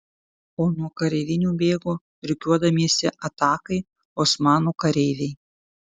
o nuo kareivinių bėgo rikiuodamiesi atakai osmanų kareiviai